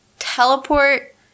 teleport